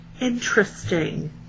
interesting